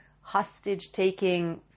hostage-taking